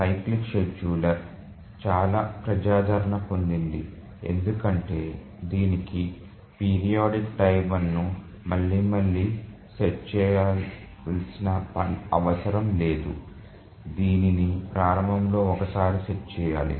cyclic scheduler చాలా ప్రజాదరణ పొందింది ఎందుకంటే దీనికి పీరియాడిక్ టైమర్ను మళ్లీ మళ్లీ సెట్ చేయవలసిన అవసరం లేదు దీనిని ప్రారంభంలో ఒకసారి సెట్ చేయాలి